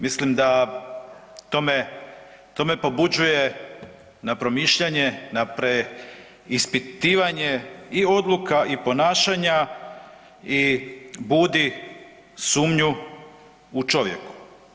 Mislim da to me pobuđuje na promišljanje, na preispitivanje i odluka i ponašanja i budi sumnju u čovjeku.